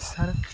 sir